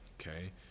okay